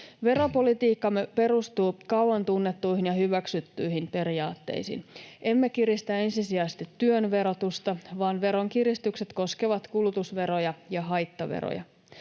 Veropolitiikkamme perustuu kauan tunnettuihin ja hyväksyttyihin periaatteisiin. Emme kiristä ensisijaisesti työn verotusta, vaan veronkiristykset koskevat kulutusveroja ja haittaveroja.